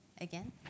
again